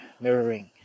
mirroring